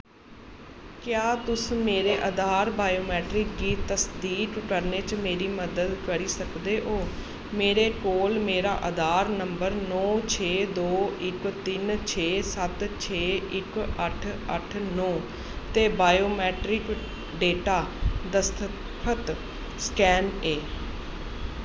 क्या तुस मेरे आधार बायोमेट्रिक्स गी तसदीक करने च मेरी मदद करी सकदे ओ मेरे कोल मेरा आधार नंबर नौ छे दो इक तिन छे सत्त छे इक अट्ठ अट्ठ नौ ते बायोमेट्रिक डेटा दस्तखत स्कैन ऐ